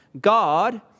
God